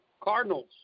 Cardinals